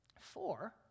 Four